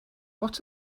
what